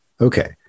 okay